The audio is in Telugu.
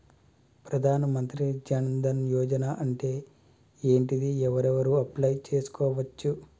ప్రధాన మంత్రి జన్ ధన్ యోజన అంటే ఏంటిది? ఎవరెవరు అప్లయ్ చేస్కోవచ్చు?